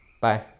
Bye